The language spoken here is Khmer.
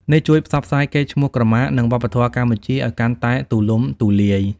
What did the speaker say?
នេះជួយផ្សព្វផ្សាយកេរ្តិ៍ឈ្មោះក្រមា និងវប្បធម៌កម្ពុជាឲ្យកាន់តែទូលំទូលាយ។